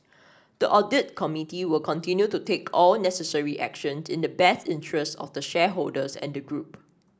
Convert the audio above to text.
the audit committee will continue to take all necessary actions in the best interests of the shareholders and the group